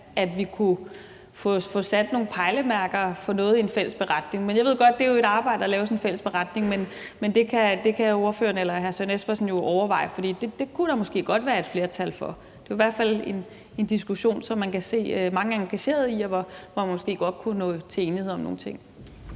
at vi kunne få sat nogle pejlemærker for noget i en fælles beretning, og jeg ved godt, at det er et arbejde at lave sådan en fælles beretning, men det kan hr. Søren Espersen jo overveje. For det kunne der måske godt være et flertal for. Det er jo i hvert fald en diskussion, som man kan se at mange er engageret i, og hvor man måske godt kunne nå til enighed om nogle ting.